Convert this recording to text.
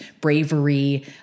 bravery